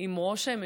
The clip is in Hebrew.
עם ראש הממשלה,